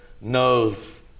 knows